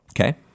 Okay